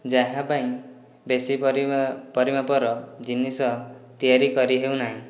ଯାହାପାଇଁ ବେଶୀ ପରିମା ପରିମାପର ଜିନିଷ ତିଆରି କରି ହେଉନାହିଁ